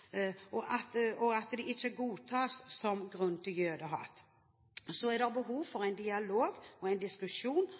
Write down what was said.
og at de ikke godtas som grunn til jødehat, så er det behov for en dialog og en diskusjon